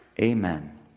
Amen